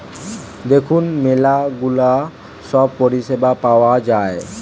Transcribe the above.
দেখুন ম্যালা গুলা সব পরিষেবা পাওয়া যায়